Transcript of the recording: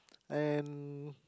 and